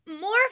more